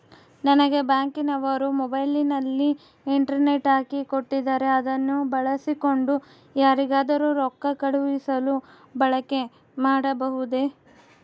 ನಂಗೆ ಬ್ಯಾಂಕಿನವರು ಮೊಬೈಲಿನಲ್ಲಿ ಇಂಟರ್ನೆಟ್ ಹಾಕಿ ಕೊಟ್ಟಿದ್ದಾರೆ ಅದನ್ನು ಬಳಸಿಕೊಂಡು ಯಾರಿಗಾದರೂ ರೊಕ್ಕ ಕಳುಹಿಸಲು ಬಳಕೆ ಮಾಡಬಹುದೇ?